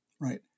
right